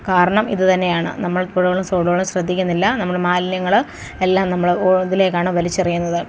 കാരണം ഇതുതന്നെയാണ് നമ്മൾ പുഴകളും തോടുകളും ശ്രദ്ധിക്കുന്നില്ല നമ്മള് മാലിന്യങ്ങള് എല്ലാം നമ്മള് ഒ ഇതിലേക്കാണ് വലിച്ചെറിയുന്നത്